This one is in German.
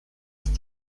ist